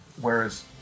Whereas